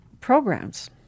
programs